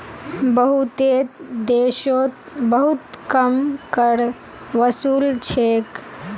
बहुतेते देशोत बहुत कम कर वसूल छेक